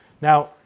Now